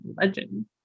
legend